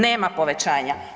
Nema povećanja.